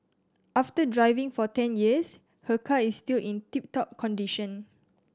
after driving for ten years her car is still in tip top condition